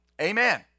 Amen